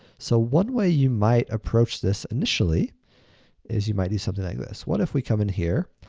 so one way you might approach this initially is you might do something like this, what if we come in here,